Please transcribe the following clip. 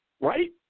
right